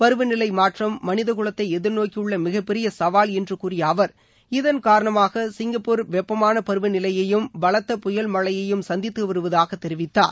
பருவ நிலை மாற்றம் மனித குலத்தை எதிர்நோக்கியுள்ள மிகப் பெரிய சவால் என்று கூறிய அவர் இதன் காரணமாக சிங்கப்பூர் வெப்பமான பருவநிலையையும் பலத்த புயல் மழையையும் சந்தித்து வருவதாக தெரிவித்தார்